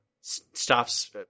stops